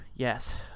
Yes